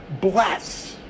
bless